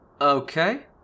Okay